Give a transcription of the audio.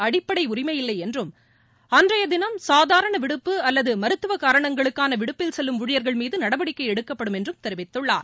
அடிப்படை உரிமையில்லை என்றும் அன்றைய தினம் சாதாரண விடுப்பு அல்லது மருத்துவ காரணங்களுக்கான விடுப்பில் செல்லும் ஊழியர்கள் மீது நடவடிக்கை எடுக்கப்படும் என்றும் தெரிவித்துள்ளார்